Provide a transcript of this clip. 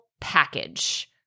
package